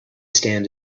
stand